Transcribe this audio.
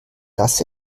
dass